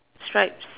stripes